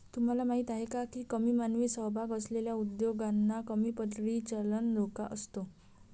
तुम्हाला माहीत आहे का की कमी मानवी सहभाग असलेल्या उद्योगांना कमी परिचालन धोका असतो?